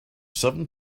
seven